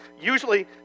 usually